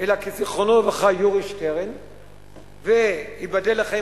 אלא כי זיכרונו לברכה יורי שטרן וייבדל לחיים